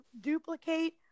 duplicate